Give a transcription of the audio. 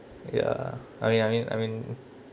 ya I mean I mean I mean